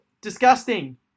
Disgusting